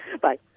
Bye